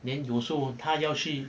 then 有时候他要去